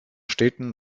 städten